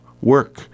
work